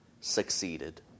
succeeded